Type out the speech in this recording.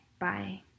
bye